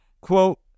Quote